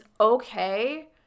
okay